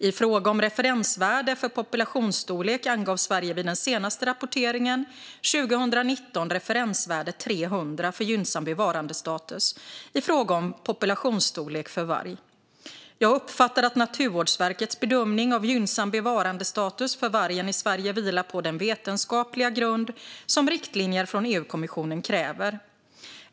I fråga om referensvärde för populationsstorlek angav Sverige vid den senaste rapporteringen 2019 referensvärdet 300 för gynnsam bevarandestatus i fråga om populationsstorlek för varg. Jag uppfattar att Naturvårdsverkets bedömning av gynnsam bevarandestatus för vargen i Sverige vilar på den vetenskapliga grund som riktlinjer från EU-kommissionen kräver.